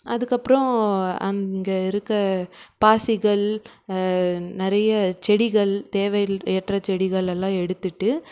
அதுக்கப்பறம் அங்கே இருக்க பாசிகள் நிறைய செடிகள் தேவை அற்ற செடிகளெல்லாம் எடுத்துவிட்டு